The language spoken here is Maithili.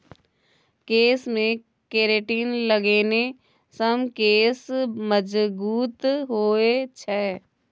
केशमे केरेटिन लगेने सँ केश मजगूत होए छै